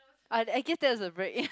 oh I guess that was a break